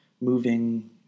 moving